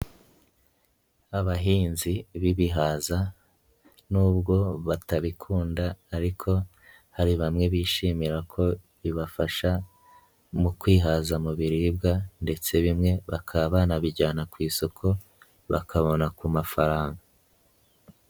Abahinzi b'ibihaza n'ubwo batabikunda ariko hari bamwe bishimira ko bibafasha, mu kwihaza mu biribwa ndetse bimwe bakaba banabijyana ku isoko, bakabona ku mafaranga.